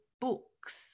books